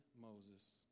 Moses